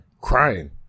crying